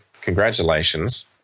congratulations